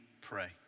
pray